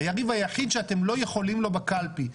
היריב היחיד שאתם לא יכולים לו בקלפי.